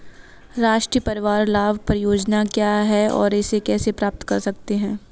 राष्ट्रीय परिवार लाभ परियोजना क्या है और इसे कैसे प्राप्त करते हैं?